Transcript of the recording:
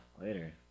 Later